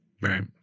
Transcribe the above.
Right